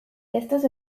estos